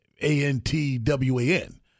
A-N-T-W-A-N